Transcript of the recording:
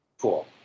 Cool